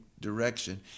direction